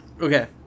okay